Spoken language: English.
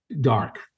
dark